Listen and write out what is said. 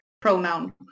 pronoun